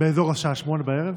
באזור השעה 20:00 בערב.